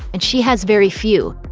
and she has very few.